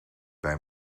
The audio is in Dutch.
bij